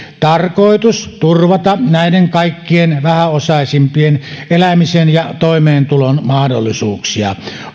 tarkoitus turvata näiden kaikkien vähäosaisimpien elämisen ja toimeentulon mahdollisuuksia